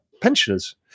pensioners